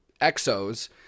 exos